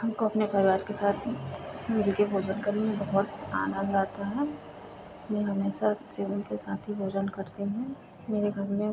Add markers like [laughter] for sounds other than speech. हमको अपने परिवार के साथ मिलकर भोजन करने में बहुत आनन्द आता है मैं हमेशा [unintelligible] के साथ ही भोजन करती हूँ मेरे घर में